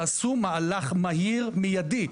תעשו מהלך מהיר מידי.